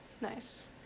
Nice